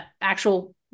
actual